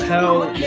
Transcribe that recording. hell